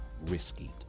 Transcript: risky